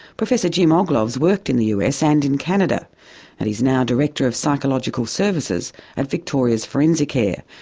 professor jim ogloff has worked in the us and in canada and is now director of psychological services at victoria's forensicare,